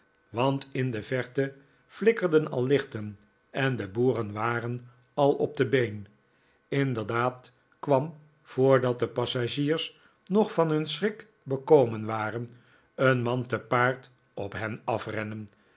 want in de verte flikkerden al lichten en de boeren waren al op de been inderdaad kwam voordat de passagiers nog van hun schrik bekomen waren een man te paard op hen afrennen